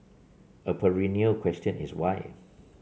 a perennial question is why